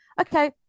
okay